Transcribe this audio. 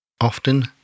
often